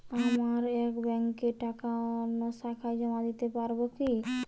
আমার এক ব্যাঙ্কের টাকা অন্য শাখায় জমা দিতে পারব কি?